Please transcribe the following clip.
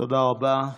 תודה רבה.